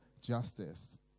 justice